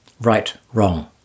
Right-wrong